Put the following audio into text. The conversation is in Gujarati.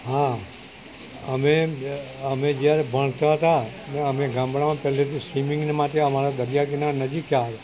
હા અમે અમે જ્યારે ભણતા હતા ને અમે ગામડામાં પહેલેથી સ્વિમિંગને માટે અમારા દરિયા કિનારા નજીક થાય